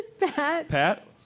Pat